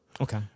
Okay